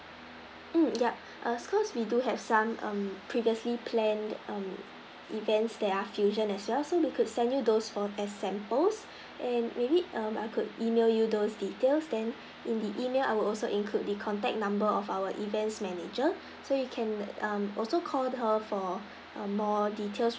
mm yup err cause we do have some um previously planned um events that are fusion as well so we could send you those for as samples and maybe err I could email you those details then in the email I would also include the contact number of our event's manager so you can mm also call her for more details